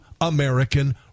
American